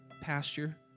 pasture